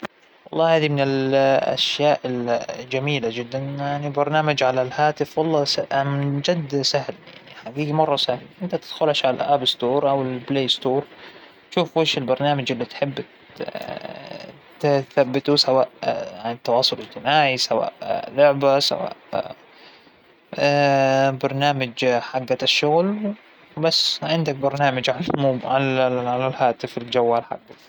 بنفتح ال- البلاى ستور، بنختار ال- البرنامج أو الأبلكيشن اللى نبيه، بنضغط تحميل، أول ما بيتحمل على الجهاز البلاى ستور من حالة اا- بيثبته عنا وبيشغله، بعدين بنسكر البلاى ستور، وبنجيب الأبلكيشن من على الجوال، وبنضعط عليه بى- بيشتغل معنا بطريقة طبيعية.